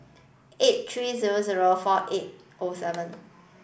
eight three zero zero four eight O seven